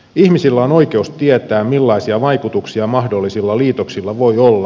ihmisillä on oikeus tietää millaisia vaikutuksia mahdollisilla liitoksilla voi olla